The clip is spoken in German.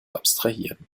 abstrahieren